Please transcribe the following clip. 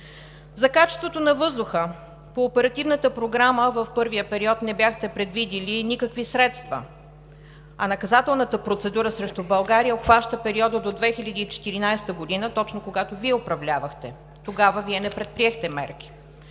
За качеството на въздуха – по Оперативната програма в първия период не бяхте предвидили никакви средства, а наказателната процедура срещу България обхваща периода до 2014 г., точно когато Вие управлявахте. Тогава Вие не предприехте мерки.